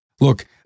Look